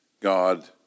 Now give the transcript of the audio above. God